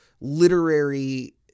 literary